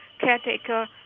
caretaker